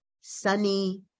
sunny